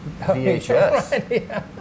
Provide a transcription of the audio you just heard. VHS